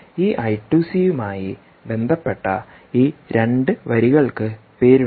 ഈ I 2 C യുമായി ബന്ധപ്പെട്ട ഈ 2 വരികൾക്ക് പേരുണ്ട്